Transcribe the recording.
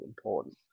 important